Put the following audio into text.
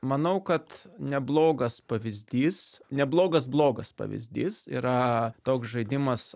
manau kad neblogas pavyzdys neblogas blogas pavyzdys yra toks žaidimas